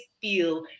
feel